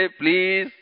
please